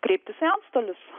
kreiptis į antstolius